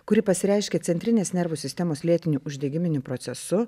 kuri pasireiškia centrinės nervų sistemos lėtiniu uždegiminiu procesu